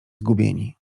zgubieni